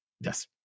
Yes